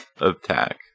attack